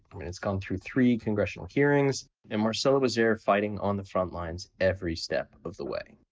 i mean it's been through three congressional hearings and marcelo was there fighting on the front lines every step of the way.